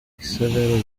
gisagara